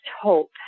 hope